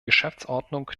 geschäftsordnung